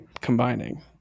combining